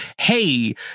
hey